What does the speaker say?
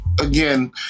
again